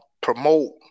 promote